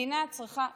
מדינה צריכה להתערב.